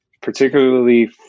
particularly